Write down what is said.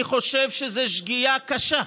אני חושב שזו שגיאה קשה.